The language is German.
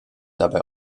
dabei